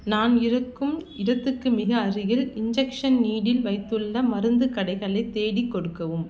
நான் இருக்கும் இடத்துக்கு மிக அருகில் இன்ஜெக்ஷன் நீடில் வைத்துள்ள மருந்துக் கடைகளை தேடிக் கொடுக்கவும்